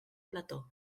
plató